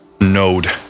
node